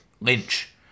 lynch